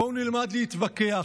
בואו נלמד להתווכח,